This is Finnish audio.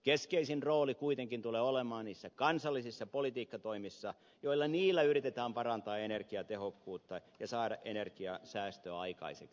keskeisin rooli kuitenkin tulee olemaan niissä kansallisissa politiikkatoimissa joilla yritetään parantaa energiatehokkuutta ja saada energiansäästöä aikaiseksi